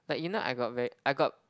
like you know I got very I got